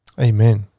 Amen